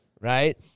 right